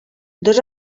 dos